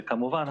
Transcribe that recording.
וכמובן,